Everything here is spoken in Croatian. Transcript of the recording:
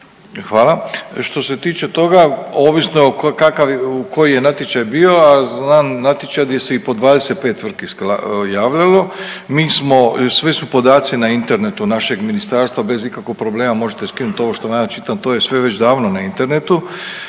Hvala. Što se tiče toga, ovisno kakav, koji je natječaj bio, a znam natječaj gdje se i po 25 tvrtki javilo, mi smo, svi su podaci na internetu našeg ministarstva, bez ikakvog problema možete skinut ovo što vam ja čitam. To je sve već davno na internetu.